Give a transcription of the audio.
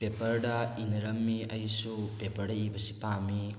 ꯄꯦꯄꯔꯗ ꯏꯅꯔꯝꯏ ꯑꯩꯁꯨ ꯄꯦꯄꯔꯗ ꯏꯕꯁꯤ ꯄꯥꯝꯃꯤ